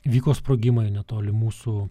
vyko sprogimai netoli mūsų